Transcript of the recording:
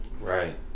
right